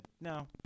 no